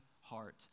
heart